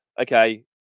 Okay